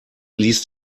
ließ